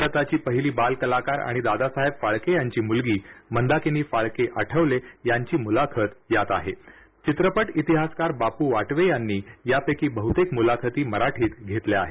भारताची पहिली बाल कलाकार आणि दादासाहेब फाळके यांची मुलगी मंदाकिनी फाळके आठवले यांची मुलाखत यात आहे चित्रपट इतिहासकार बापू वाटवे यांनी यापैकी बहुतेक मुलाखती मराठीत घेतल्या आहेत